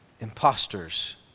Imposters